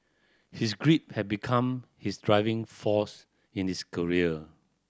his grief had become his driving force in his career